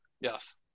yes